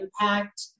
impact